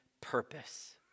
purpose